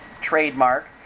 trademark